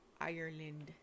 Ireland